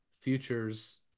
futures